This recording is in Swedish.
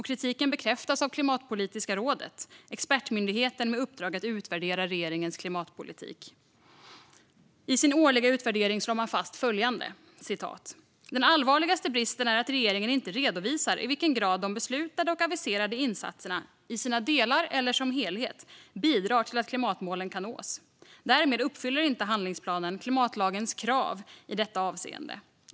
Kritiken bekräftas av Klimatpolitiska rådet, expertmyndigheten med uppdrag att utvärdera regeringens klimatpolitik. I sin årliga utvärdering slår man fast följande: "Den allvarligaste bristen är att regeringen inte redovisar i vilken grad de beslutade och aviserade insatserna, i sina delar eller som helhet, bidrar till att klimatmålen kan nås. Därmed uppfyller inte handlingsplanen klimatlagens krav i detta avseende.